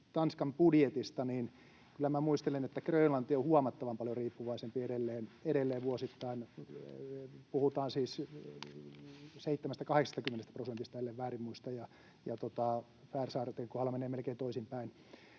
Tanskan budjetista, niin kyllä minä muistelen, että Grönlanti on huomattavan paljon riippuvaisempi edelleen — vuosittain puhutaan 70—80 prosentista, ellen väärin muista — ja Färsaarten kohdalla se menee melkein toisinpäin.